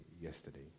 yesterday